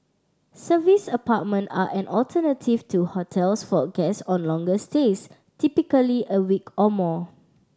service apartment are an alternative to hotels for guests on longer stays typically a week or more